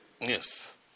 Yes